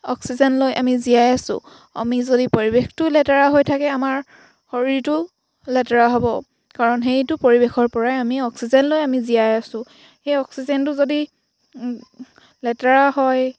oxygen লৈ আমি জীয়াই আছোঁ আমি যদি পৰিৱেশটো লেতেৰা হৈ থাকে আমাৰ শৰীৰটো লেতেৰা হ'ব কাৰণ সেইটো পৰিৱেশৰ পৰাই আমি অক্সিজেন লৈ আমি জীয়াই আছোঁ সেই অক্সিজেনটো যদি লেতেৰা হয়